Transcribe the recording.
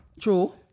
True